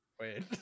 wait